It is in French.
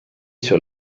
sur